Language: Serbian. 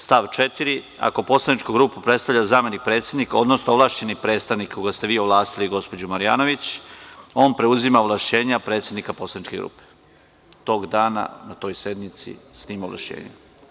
Stav 4. – ako poslaničku grupu predstavlja zamenik predsednika, odnosno ovlašćeni predstavnik, koga ste vi ovlastili, gospođo Marjanović, on preuzima ovlašćenja predsednika poslaničke grupe tog dana, na toj sednici s tim ovlašćenjima.